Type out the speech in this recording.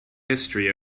history